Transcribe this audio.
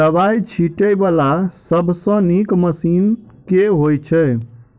दवाई छीटै वला सबसँ नीक मशीन केँ होइ छै?